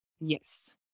Yes